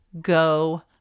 go